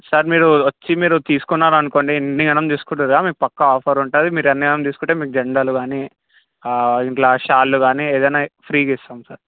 sir మీరు వచ్చి మీరు తీసుకున్నారనుకోండి మీరు ఇన్ని ఘనం తీసుకుంటారు కదా మీకు పక్కా ఆఫర్ ఉంటుంది మీరు అన్ని ఘనం తీసుకుంటే మీకు జండాలు గానీ ఇట్లా షాల్లు గానీ ఏదైనా ఫ్రీగిస్తాం సార్